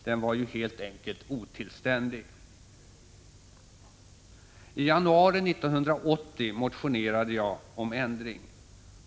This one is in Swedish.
Den var ju helt enkelt otillständig. I januari 1980 motionerade jag om ändring.